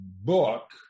book